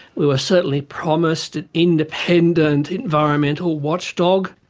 we were certainly promised an independent environmental watchdog,